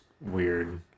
weird